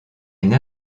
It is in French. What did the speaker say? une